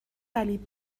صلیب